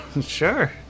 sure